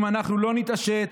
אם אנחנו לא נתעשת,